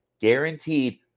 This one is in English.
guaranteed